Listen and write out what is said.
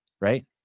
right